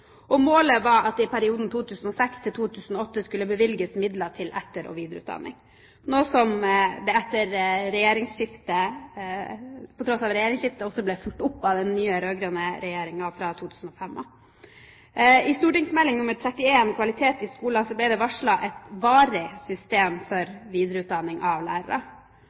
Og målet var at det i perioden 2006–2008 skulle bevilges midler til etter- og videreutdanning, noe som på tross av regjeringsskiftet også ble fulgt opp av den nye rød-grønne regjeringen fra 2005 av. I St.meld. nr. 31 for 2007–2008, Kvalitet i skolen, ble det varslet et varig system for videreutdanning av lærere.